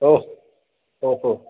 oh okay okay